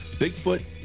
Bigfoot